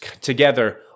together